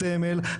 הסמל,